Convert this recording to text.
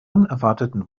unerwarteten